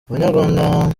banyarwanda